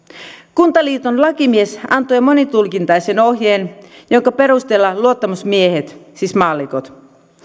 kuntaliiton lakimies antoi monitulkintaisen ohjeen jonka perusteella luottamusmiehet siis maallikot